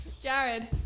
Jared